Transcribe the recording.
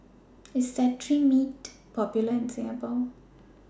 IS Cetrimide Popular in Singapore